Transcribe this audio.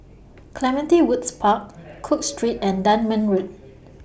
Clementi Woods Park Cook Street and Dunman Road